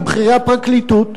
מבכירי הפרקליטות.